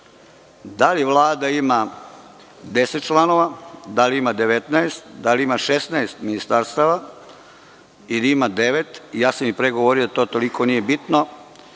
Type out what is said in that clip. li Vlada ima 10 članova, da li ima 19, da li ima 16 ministarstava i da ima devet, ja sam i pre govorio, to toliko nije bitno,